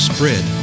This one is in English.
Spread